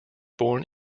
born